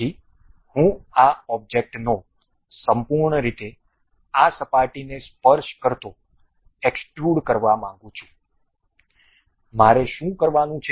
તેથી હું આ ઓબ્જેક્ટનો સંપૂર્ણ રીતે આ સપાટીને સ્પર્શ કરતો એક્સ્ટ્રુડ કરવા માંગું છું મારે શું કરવાનું છે